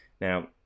Now